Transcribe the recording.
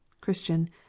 christian